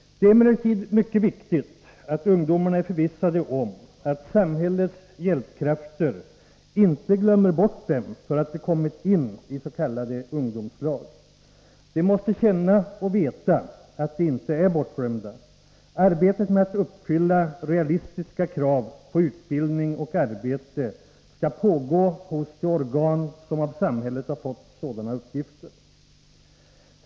Det är emellertid mycket viktigt att ungdomarna är förvissade om att samhällets hjälpkrafter inte glömmer bort dem därför att de kommit in is.k. ungdomslag. De måste känna och veta att de inte är bortglömda. Arbetet med att uppfylla realistiska krav på utbildning och arbete skall pågå hos de organ som av samhället har fått sådana uppgifter.